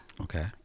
okay